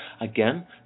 Again